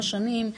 9 שנים,